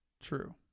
True